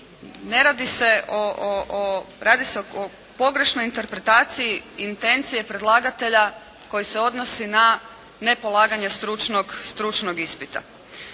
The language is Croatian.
radi se o pogrešnoj interpretaciji intencije predlagatelja koji se odnosi na ne polaganje stručnog ispita.